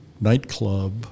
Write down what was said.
nightclub